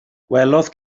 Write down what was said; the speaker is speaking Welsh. gwelodd